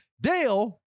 Dale